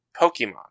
Pokemon